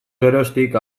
geroztik